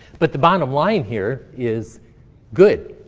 but the bottom line here is good.